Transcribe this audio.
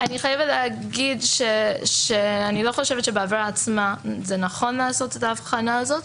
אני חייבת להגיד שאני לא חושבת שבעבירה עצמה נכון לעשות את ההבחנה הזאת,